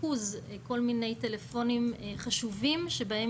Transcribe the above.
ריכוז כל מיני טלפונים חשובים שבהם